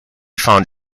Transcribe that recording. found